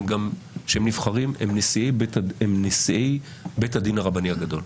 כשהם נבחרים הם נשיאי בית הדין הרבני הגדול,